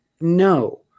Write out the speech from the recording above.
No